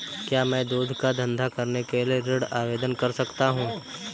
क्या मैं दूध का धंधा करने के लिए ऋण आवेदन कर सकता हूँ?